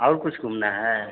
और कुछ घूमना है